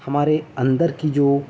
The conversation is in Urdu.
ہمارے اندر کی جو